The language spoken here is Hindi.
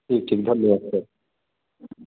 ठीक है धन्यवाद सर